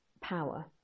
power